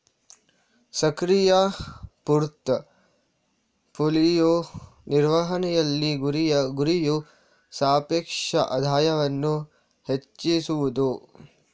ಸಕ್ರಿಯ portfolio ನಿರ್ವಹಣೆಯಲ್ಲಿ, ಗುರಿಯು ಸಾಪೇಕ್ಷ ಆದಾಯವನ್ನು ಹೆಚ್ಚಿಸುವುದು